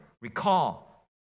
recall